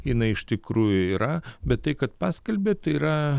jinai iš tikrųjų yra bet tai kad paskalbė tai yra